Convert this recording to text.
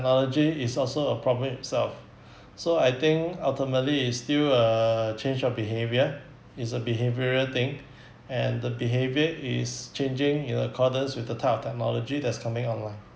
technology is also a promenade self so I think ultimately it's still uh change of behavior it's a behavioral thing and the behavior is changing in accordance with the type of technology that's coming online